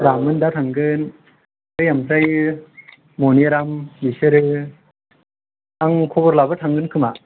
रामोदा थांगोन ओमफ्राय मनिराम बिसोरो आं खबर लाबा थांगोन खोमा